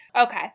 Okay